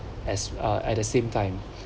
as a at the same time